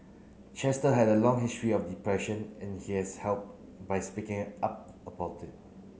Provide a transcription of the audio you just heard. Chester had a long history of depression and he has helped by speaking up about it